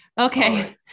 Okay